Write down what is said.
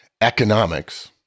Economics